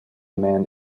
man